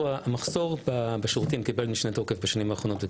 מחסור בשירותים קיבל משנה תוקף בשנים האחרונות,